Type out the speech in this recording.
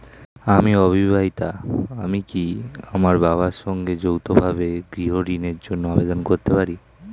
আমি অবিবাহিতা আমি কি আমার বাবার সঙ্গে যৌথভাবে গৃহ ঋণের জন্য আবেদন করতে পারি?